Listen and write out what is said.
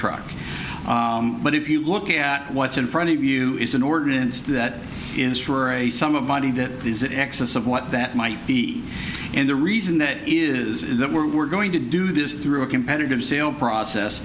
truck but if you look at what's in front of you is an ordinance that is for a sum of money that is that excess of what that might be and the reason that is that we're going to do this through a competitive sale process